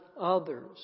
others